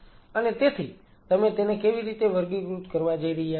અને તેથી તમે તેને કેવી રીતે વર્ગીકૃત કરવા જઈ રહ્યા છો